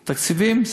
תקציבים,